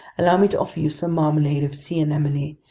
allow me to offer you some marmalade of sea anemone,